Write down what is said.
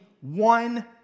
one